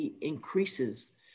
increases